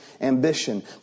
ambition